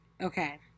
Okay